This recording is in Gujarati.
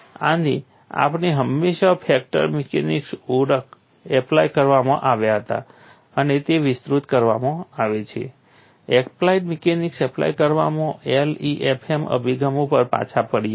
અને આપણે હંમેશાં ફ્રેક્ચર મિકેનિક્સ એપ્લાય કરવામાં LEFM અભિગમ ઉપર પાછા પડીએ છીએ